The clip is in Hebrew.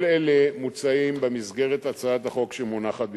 כל אלה מוצעים במסגרת הצעת החוק שמונחת בפניכם.